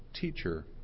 teacher